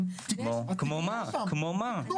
ולכן